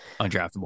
Undraftable